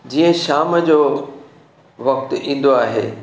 जीअं शाम जो वक़्तु ईंदो आहे